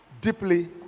deeply